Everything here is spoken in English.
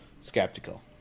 skeptical